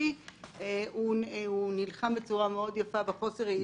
טבעי הוא נלחם בצורה מאוד יפה בחוסר היעילות.